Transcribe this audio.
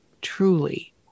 truly